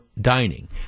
dining